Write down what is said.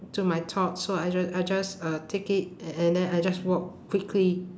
to my thoughts so I ju~ I just uh take it a~ and then I just walk quickly